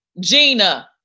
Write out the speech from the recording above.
Gina